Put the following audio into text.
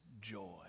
joy